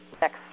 next